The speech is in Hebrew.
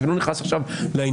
אני לא נכנס עכשיו לעניין,